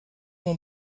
mon